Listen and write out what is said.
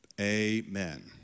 Amen